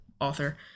author